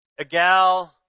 Agal